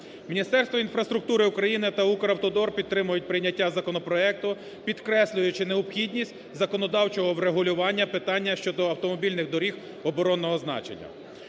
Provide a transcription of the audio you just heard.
Міністерство інфраструктури України та "Укравтодор" підтримують прийняття законопроекту, підкреслюючи необхідність законодавчого врегулювання питання щодо автомобільних доріг оборонного значення.